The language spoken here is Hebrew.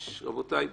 רבותי,